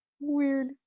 Weird